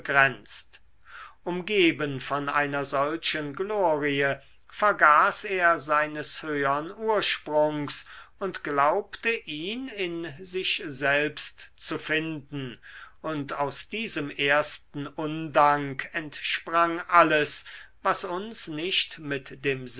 begrenzt umgeben von einer solchen glorie vergaß er seines höhern ursprungs und glaubte ihn in sich selbst zu finden und aus diesem ersten undank entsprang alles was uns nicht mit dem